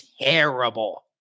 terrible